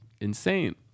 insane